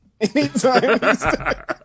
Anytime